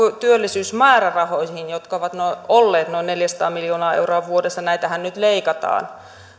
työllisyysmäärärahoihin jotka ovat olleet noin neljäsataa miljoonaa euroa vuodessa näitähän nyt leikataan